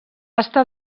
estar